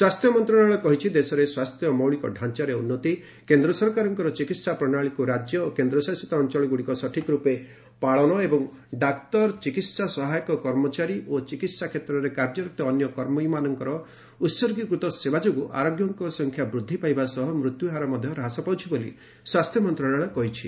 ସ୍ୱାସ୍ଥ୍ୟ ମନ୍ତ୍ରଣାଳୟ କହିଛି ଦେଶରେ ସ୍ୱାସ୍ଥ୍ୟ ମୌଳିକ ଡ଼ାଞାରେ ଉନ୍ନତି କେନ୍ଦ୍ର ସରକାରଙ୍କ ଚିକିତ୍ସା ପ୍ରଣାଳୀକୁ ରାଜ୍ୟ ଓ କେନ୍ଦ୍ରଶାସିତ ଅଞ୍ଚଳଗୁଡ଼ିକ ସଠିକ୍ ରୂପେ ପାଳନ ଏବଂ ଡାକ୍ତର ଚିକିତ୍ସା ସହାୟକ କର୍ମଚାରୀ ଓ ଚିକିହା କ୍ଷେତ୍ରରେ କାର୍ଯ୍ୟରତ ଅନ୍ୟ କର୍ମୀମାନଙ୍କ ଉତ୍ଗୀକୃତ ସେବା ଯୋଗୁଁ ଆରୋଗ୍ୟଙ୍କ ସଂଖ୍ୟା ବୃଦ୍ଧି ପାଇବା ସହ ମୃତ୍ୟୁହାର ମଧ୍ୟ ହ୍ରାସ ପାଉଛି ବୋଲି ସ୍ୱାସ୍ଥ୍ୟମନ୍ତ୍ରଣାଳୟ କହିଛି